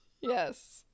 yes